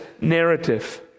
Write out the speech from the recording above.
narrative